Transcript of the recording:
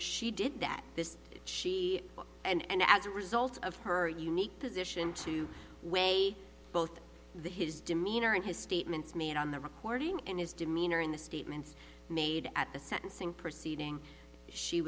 she did that this she and as a result of her unique position to weigh both the his demeanor and his statements made on the recording and his demeanor in the statements made at the sentencing proceeding she